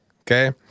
okay